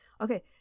Okay